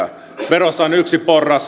verossa on yksi porras